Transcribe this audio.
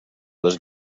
was